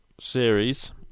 series